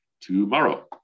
tomorrow